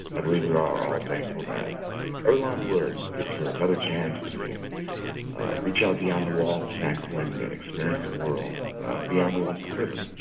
i believe we are all thankful that earlonne woods gets ah another chance to reach out beyond the walls of san quentin and experience the world beyond the walls of prison.